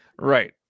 Right